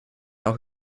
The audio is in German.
auch